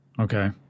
okay